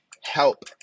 help